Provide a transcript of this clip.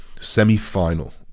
semi-final